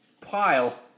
pile